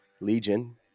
Legion